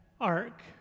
ark